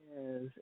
Yes